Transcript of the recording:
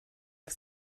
auf